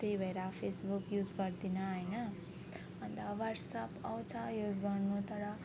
त्यही भएर Facebook use गर्दिनँ होइन अन्त वाट्सएप आउँछ युज गर्नु तर